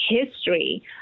history